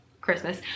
Christmas